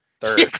third